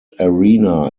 arena